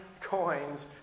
coins